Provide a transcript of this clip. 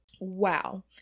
Wow